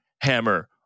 hammer